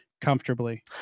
comfortably